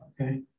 Okay